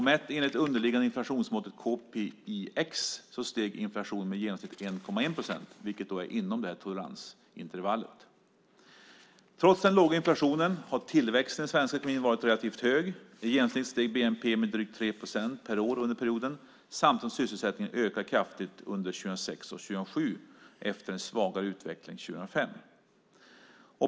Mätt med det underliggande inflationsmåttet kpix steg inflationen med i genomsnitt med 1,1 procent, vilket är inom toleransintervallet. Trots den låga inflationen har tillväxten i svensk ekonomi varit relativt hög. Genomsnittligt steg bnp med drygt 3 procent per år under perioden, samtidigt som sysselsättningen ökade kraftigt under 2006 och 2007 efter en svagare utveckling 2005.